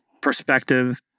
perspective